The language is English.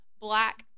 black